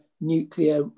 nuclear